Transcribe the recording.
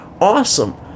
Awesome